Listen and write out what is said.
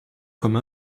comme